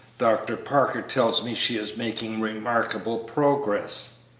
dr. parker tells me she is making remarkable progress.